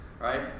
right